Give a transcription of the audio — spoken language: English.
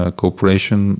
cooperation